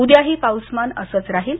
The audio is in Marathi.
उद्याही पाऊसमान असंच राहील